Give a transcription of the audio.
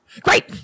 great